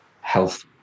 health